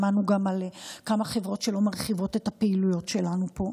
שמענו גם על כמה חברות שלא מרחיבות את הפעילויות שלהן פה.